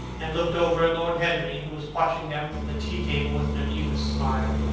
and looked over at lord henry, who was watching them from the tea-table with an amused smile.